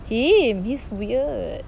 him he's weird